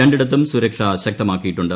രണ്ടിടത്തും സുരക്ഷ ശക്തമാക്കിയിട്ടുണ്ട്